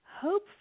Hope